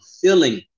feeling